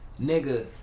nigga